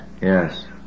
Yes